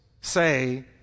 say